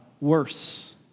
worse